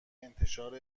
انتشار